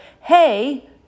hey